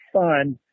fun